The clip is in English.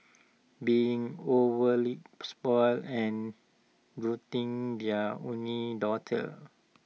being overly spoilt and doting their only daughter